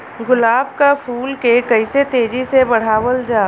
गुलाब क फूल के कइसे तेजी से बढ़ावल जा?